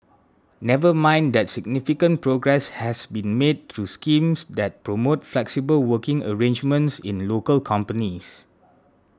never mind that significant progress has been made through schemes that promote flexible working arrangements in local companies